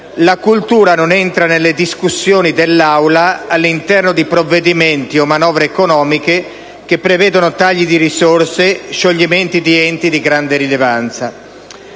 la cultura non entra nelle discussioni dell'Aula all'interno di provvedimenti o manovre economiche che prevedono tagli di risorse, scioglimenti di enti di grande rilevanza.